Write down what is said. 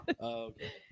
okay